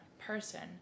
person